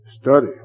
Study